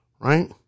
right